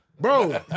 Bro